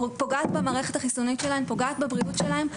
פוגעת במערכת החיסונית שלהן ופוגעת בריאות שלהן.